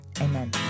amen